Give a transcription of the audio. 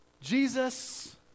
Jesus